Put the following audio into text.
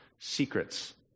secrets